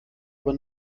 aber